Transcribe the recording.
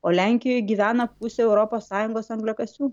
o lenkijoj gyvena pusė europos sąjungos angliakasių